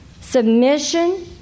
Submission